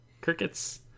Crickets